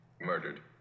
murdered